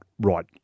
right